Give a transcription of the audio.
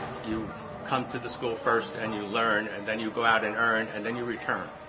you come to the school first and you learn and then you go out and earn and then you return.